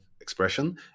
expression